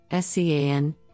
SCAN